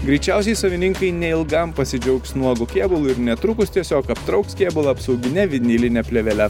greičiausiai savininkai neilgam pasidžiaugs nuogu kėbulu ir netrukus tiesiog aptrauks kėbulą apsaugine viniline plėvele